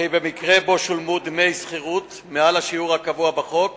ובמקרה שבו שילמו דמי שכירות מעל השיעור הקבוע בחוק,